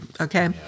okay